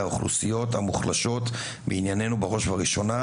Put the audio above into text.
האוכלוסיות המוחלשות ולשים בענייננו בראש ובראשונה,